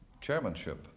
chairmanship